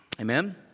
Amen